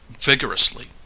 vigorously